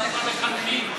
מחנכים.